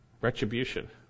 Retribution